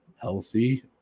healthy